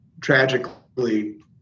tragically